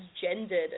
gendered